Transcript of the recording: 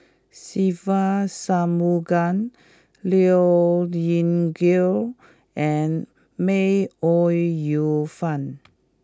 Se Ve Shanmugam Liao Yingru and May Ooi Yu Fen